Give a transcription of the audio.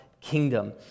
kingdom